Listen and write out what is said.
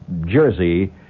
Jersey